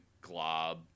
glob